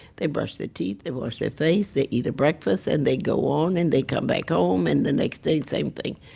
they brush their teeth, they wash their face, they eat a breakfast. and they go on, and they come back home and the next day the same thing.